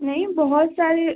वहाँ जाइएगा